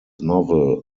novel